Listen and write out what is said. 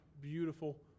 beautiful